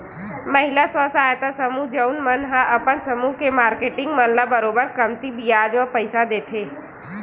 महिला स्व सहायता समूह जउन मन ह अपन समूह के मारकेटिंग मन ल बरोबर कमती बियाज म पइसा देथे